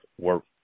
work